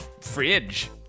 fridge